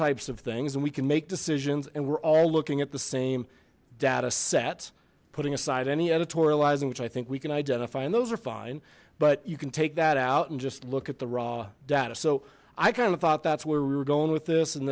types of things and we can make decisions and we're all looking at the same data set putting aside any editorializing which i think we can identify and those are fine but you can take that out and just look at the raw data so i kind of thought that's where we were going with this and